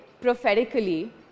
prophetically